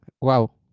Wow